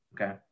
Okay